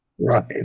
right